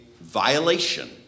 violation